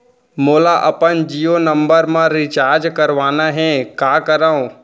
मोला अपन जियो नंबर म रिचार्ज करवाना हे, का करव?